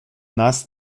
nas